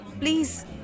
please